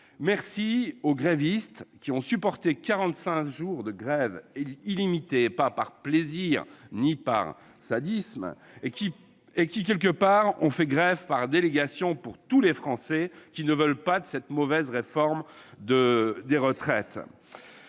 remercie les grévistes, qui ont supporté quarante-cinq jours de grève illimitée, pas par plaisir ni par sadisme. Et la loi El Khomri ? Ils ont fait grève par délégation pour tous les Français qui ne veulent pas de cette mauvaise réforme des retraites.